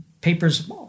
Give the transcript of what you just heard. papers